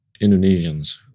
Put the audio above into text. Indonesians